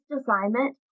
assignment